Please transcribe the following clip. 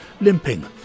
limping